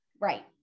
Right